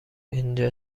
اینجا